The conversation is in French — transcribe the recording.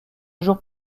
jours